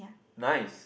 nice